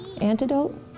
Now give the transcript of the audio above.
antidote